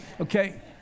Okay